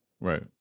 Right